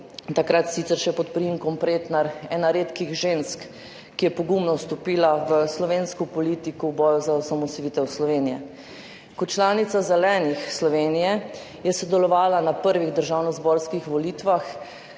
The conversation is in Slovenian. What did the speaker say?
takrat sicer še pod priimkom Pretnar, ena redkih žensk, ki je pogumno vstopila v slovensko politiko v boju za osamosvojitev Slovenije. Kot članica Zelenih Slovenije je sodelovala na prvih državnozborskih volitvah,